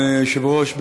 אדוני היושב-ראש,